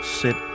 sit